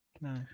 No